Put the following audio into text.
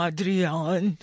Adrian